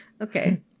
okay